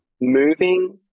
moving